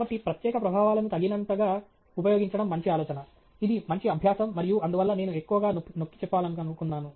కాబట్టి ప్రత్యేక ప్రభావాలను తగినంతగా ఉపయోగించడం మంచి ఆలోచన ఇది మంచి అభ్యాసం మరియు అందువల్ల నేను ఎక్కువగా నొక్కి చెప్పాలనుకున్నాను